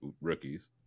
rookies